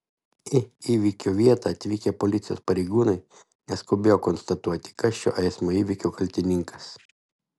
į įvykio vietą atvykę policijos pareigūnai neskubėjo konstatuoti kas šio eismo įvykio kaltininkas